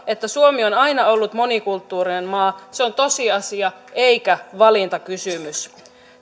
että suomi on aina ollut monikulttuurinen maa se on tosiasia eikä valintakysymys